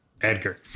Edgar